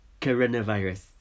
coronavirus